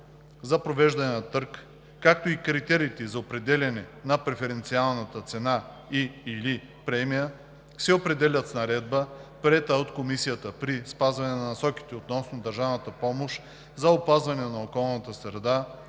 за провеждане на търг, както и критериите за определяне на преференциалната цена и/или премия, се определят с наредба, приета от комисията при спазване на Насоките относно държавната помощ за опазване на околната среда